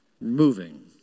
moving